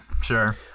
sure